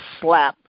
slap